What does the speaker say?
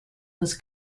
was